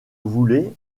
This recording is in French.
voulez